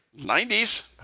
90s